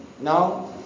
Now